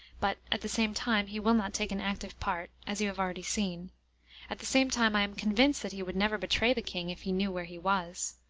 but, at the same time, he will not take an active part, as you have already seen at the same time, i am convinced that he would never betray the king if he knew where he was.